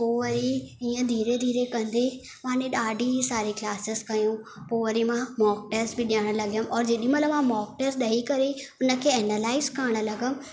पोइ वरी ईअं धीरे धीरे कंदे माने ॾाढी सारी क्लासिस कयूं पोइ वरी मां मोक टैस्ट बि ॾेयण लॻियमि और जेॾीमहिल मां मोक टैस्ट ॾेई करे उनखे एनालाइस करणु लॻमि